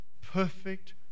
perfect